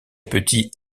petit